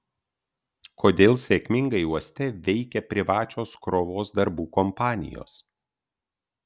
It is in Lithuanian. kodėl sėkmingai uoste veikia privačios krovos darbų kompanijos